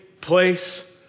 place